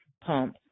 pump